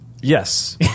Yes